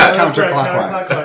counterclockwise